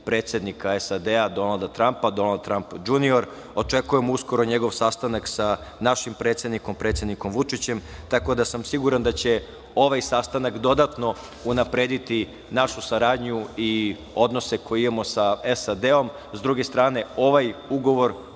predsednika SAD Donalda Trampa, Donald Tramp Džunior. Očekujemo uskoro i njegov sastanak sa našim predsednikom, predsednikom Vučićem, tako da sam siguran da će ovaj sastanak dodatno unaprediti našu saradnju i odnose koje imamo sa SAD.S druge strane, ovaj ugovor